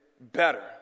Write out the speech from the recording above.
better